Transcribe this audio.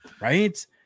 right